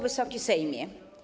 Wysoki Sejmie!